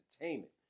entertainment